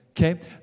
Okay